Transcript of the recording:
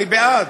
אני בעד.